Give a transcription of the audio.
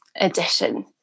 edition